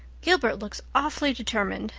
gilbert looks awfully determined.